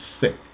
sick